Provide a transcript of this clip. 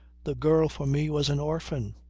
the girl for me was an orphan,